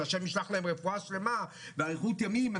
שה' ישלח להם רפואה שלמה ואריכות ימים.